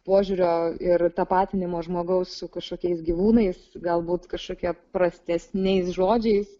požiūrio ir tapatinimo žmogaus su kažkokiais gyvūnais galbūt kažkokie prastesniais žodžiais